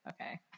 okay